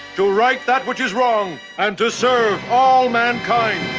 to right that which is wrong, and serve all mankind.